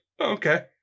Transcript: okay